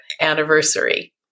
anniversary